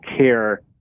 care